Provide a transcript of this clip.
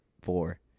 four